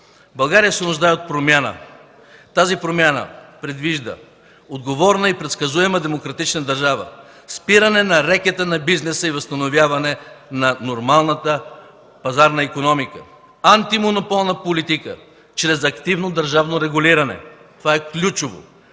България се нуждае от промяна. Тази промяна предвижда отговорна и предсказуема демократична държава, спиране на рекета на бизнеса и възстановяване на нормалната пазарна икономика, антимонополна политика чрез активно държавно регулиране (това е ключово),